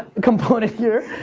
component here.